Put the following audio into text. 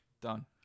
Done